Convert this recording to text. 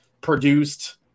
produced